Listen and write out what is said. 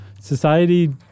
society